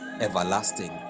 Everlasting